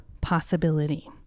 possibility